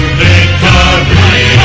victory